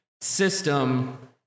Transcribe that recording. system